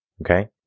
Okay